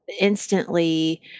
instantly